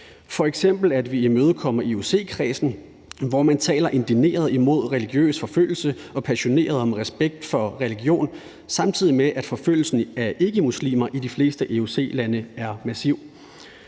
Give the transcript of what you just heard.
hvis vi imødekommer OIC-kredsen, hvor man taler indigneret imod religiøs forfølgelse og passioneret om respekt for religion, samtidig med at forfølgelsen af ikkemuslimer i de fleste OIC-lande er massiv,